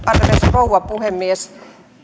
rouva puhemies